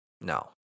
No